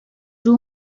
two